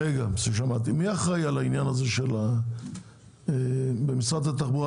מי אחראי לעניין הזה במשרד התחבורה?